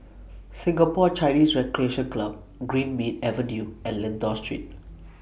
Singapore Chinese Recreation Club Greenmead Avenue and Lentor Street